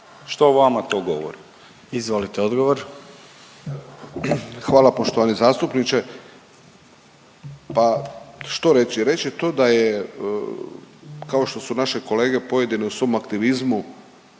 Izvolite odgovor. **Deur, Ante (HDZ)** Hvala poštovani zastupniče. Pa što reći, reći to da je kao što su naše kolege pojedine u svom aktivizmu